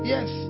Yes